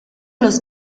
los